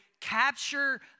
capture